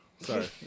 Sorry